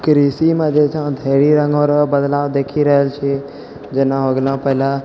कृषिमे जे हमेशा ढ़्रेरी रङ्ग बदलाओ देखि रहल छियै जेना हो गेलौ पहिले